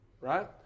right